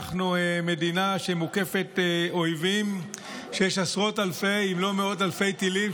אנחנו מדינה שמוקפת אויבים ויש עשרות אלפי טילים,